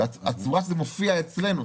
וזו הצורה שזה מופיע אצלנו.